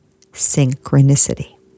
synchronicity